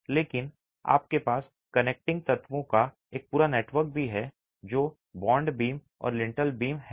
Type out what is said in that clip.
लेकिन आपके पास कनेक्टिंग तत्वों का एक पूरा नेटवर्क भी है जो बॉन्ड बीम और लिंटेल बीम हैं